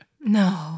No